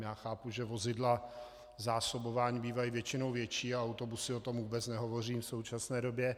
Já chápu, že vozidla zásobování bývají většinou větší a autobusy, o tom vůbec nehovořím v současné době.